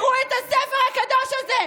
תראו את הספר הקדוש הזה.